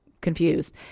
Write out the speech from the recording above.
confused